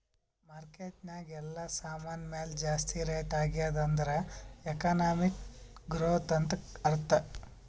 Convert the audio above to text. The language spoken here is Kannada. ಮಾರ್ಕೆಟ್ ನಾಗ್ ಎಲ್ಲಾ ಸಾಮಾನ್ ಮ್ಯಾಲ ಜಾಸ್ತಿ ರೇಟ್ ಆಗ್ಯಾದ್ ಅಂದುರ್ ಎಕನಾಮಿಕ್ ಗ್ರೋಥ್ ಅಂತ್ ಅರ್ಥಾ